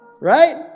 right